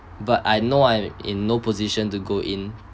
but I know I'm in no position to go in